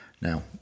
Now